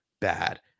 bad